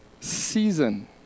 season